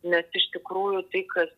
nes iš tikrųjų tai kas